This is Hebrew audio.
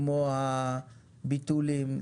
כמו הביטולים.